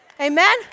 Amen